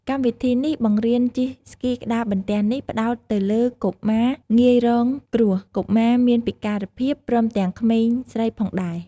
កម្មវិធីនេះបង្រៀនជិះស្គីក្ដារបន្ទះនេះផ្ដោតទៅលើកុមារងាយរងគ្រោះ កុមារមានពិការភាព ព្រមទាំងក្មេងស្រីផងដែរ។